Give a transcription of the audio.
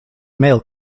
male